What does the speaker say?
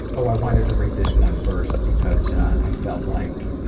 oh, i wanted to read this one first because i felt like